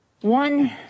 One